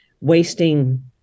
wasting